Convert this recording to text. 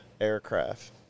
aircraft